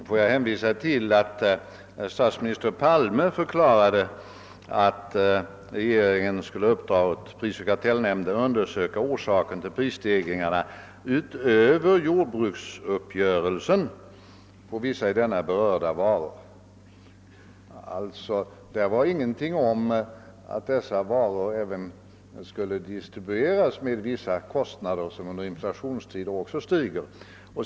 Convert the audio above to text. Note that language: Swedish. Herr talman! Jag ber att få hänvisa till att statsminister Palme förklarade att regeringen skulle uppdra åt prisoch kartellnämnden att undersöka orsaken till prisstegringarna utöver jordbruksuppgörelsen på vissa av denna berörda varor. Det nämndes ingenting om att dessa varor även måste distribueras med vissa kostnader, som under inflationstid också stiger.